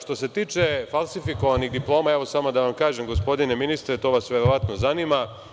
Što se tiče falsifikovanih diploma, evo samo da vam kažem, gospodine ministre, to vas verovatno zanima.